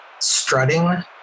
strutting